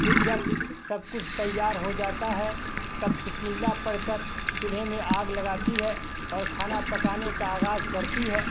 پھر جب سب کچھ تیار ہو جاتا ہے تب بسم اللہ پڑھ کر چولہے میں آگ لگاتی ہے اور کھانا پکانے کا آغاز کرتی ہے